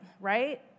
right